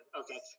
Okay